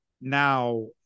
now